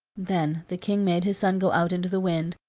then the king made his son go out into the wind,